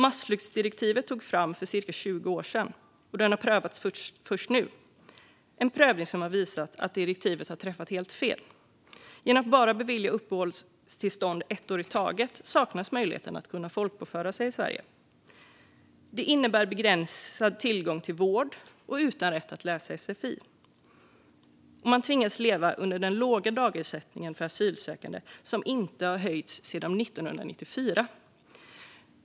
Massflyktsdirektivet togs fram för cirka 20 år sedan, och det har prövats först nu. Det är en prövning som har visat att direktivet har träffat helt fel. Genom att uppehållstillstånd bara beviljas för ett år i taget saknas möjligheterna att folkbokföra sig i Sverige. Det innebär begränsad tillgång till vård, och man blir utan rätt att läsa sfi. Man tvingas leva på den låga dagersättningen för asylsökande, som inte har höjts sedan 1994.